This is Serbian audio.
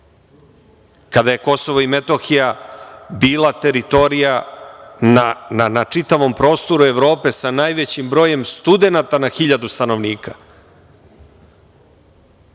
kada je KiM bila teritorija na čitavom prostoru Evrope sa najvećim brojem studenata na hiljadu stanovnika. Nije